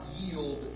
yield